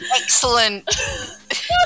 excellent